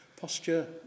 Posture